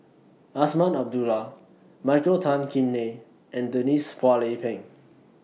Azman Abdullah Michael Tan Kim Nei and Denise Phua Lay Peng